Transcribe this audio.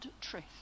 truth